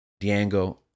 Django